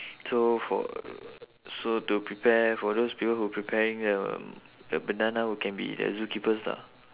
so for so to prepare for those people who preparing um the banana will can be the zoo keepers lah